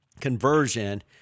conversion –